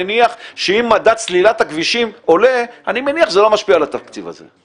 אני מניח שאם מדד סלילת הכבישים עולה זה לא משפיע על התקציב הזה,